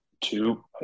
two